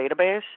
database